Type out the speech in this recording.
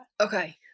Okay